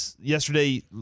yesterday